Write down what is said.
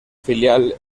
filial